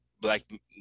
black